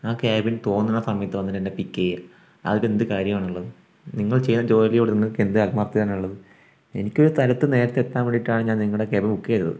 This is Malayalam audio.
ആ ക്യാബിൽ തോന്നണ സമയത്തു വന്നിട്ട് എന്നെ പിക്ക് ചെയ്യുക അതിൽ എന്തു കാര്യമാണ് ഉള്ളത് നിങ്ങൾ ചെയ്യുന്ന ജോലിയോട് നിങ്ങൾക്ക് എന്ത് ആത്മാർത്ഥതയാണ് ഉള്ളത് എനിക്ക് ഒരു സ്ഥലത്ത് നേരത്തെ എത്താൻ വേണ്ടിയിട്ടാണ് ഞാൻ നിങ്ങളുടെ ക്യാബ് ബുക്ക് ചെയ്തത്